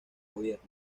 gobierno